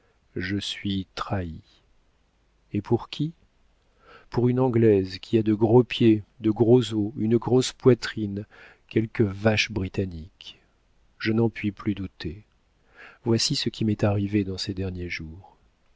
je suis trahie et pour qui pour une anglaise qui a de gros pieds de gros os une grosse poitrine quelque vache britannique je n'en puis plus douter voici ce qui m'est arrivé dans ces derniers jours